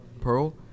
Pearl